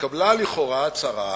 לכאורה התקבלה הצהרה